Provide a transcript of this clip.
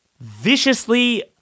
viciously